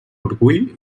orgull